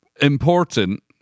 Important